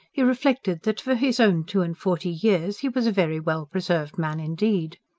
he reflected that, for his own two-and-forty years, he was a very well preserved man indeed.